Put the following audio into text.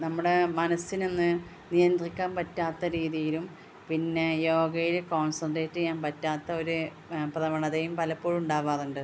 നമ്മുടെ മനസ്സിനെ ഒന്ന് നിയന്ത്രിക്കാൻ പറ്റാത്ത രീതയിലും പിന്നെ യോഗയിൽ കോൺസെൻട്രേറ്റ് ചെയ്യാൻ പറ്റാത്ത ഒരു പ്രവണതയും പലപ്പോഴും ഉണ്ടാവാറുണ്ട്